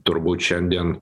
turbūt šiandien